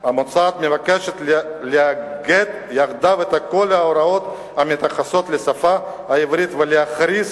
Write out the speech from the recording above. המוצעת מבקשת לאגד יחדיו את כל ההוראות המתייחסות לשפה העברית ולהכריז